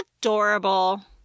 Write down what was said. adorable